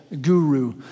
guru